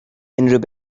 unrhyw